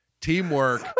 teamwork